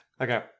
Okay